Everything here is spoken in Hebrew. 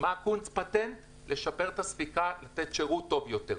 כדי לשפר את הספיקה ולתת שירות טוב יותר.